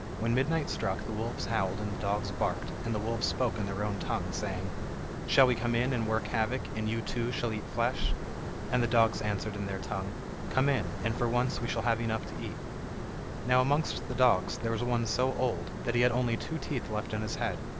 when midnight struck the wolves howled and the dogs barked, and the wolves spoke in their own tongue, saying shall we come in and work havoc, and you too shall eat flesh and the dogs answered in their tongue come in, and for once we shall have enough to eat now amongst the dogs there was one so old that he had only two teeth left in his head,